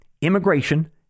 immigration